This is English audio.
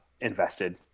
invested